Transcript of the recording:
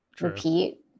repeat